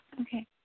Okay